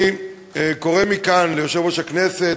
אני קורא מכאן ליושב-ראש הכנסת,